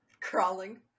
Crawling